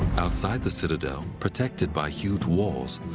outside the citadel, protected by huge walls,